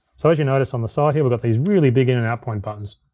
so as you notice on the side here, we got these really big and and out point buttons.